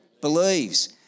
believes